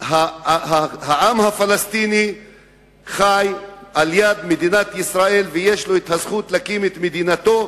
שהעם הפלסטיני חי ליד מדינת ישראל ויש לו את הזכות להקים את מדינתו,